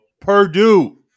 Purdue